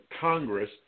Congress